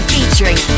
Featuring